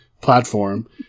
platform